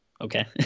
okay